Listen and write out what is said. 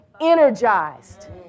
energized